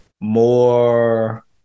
more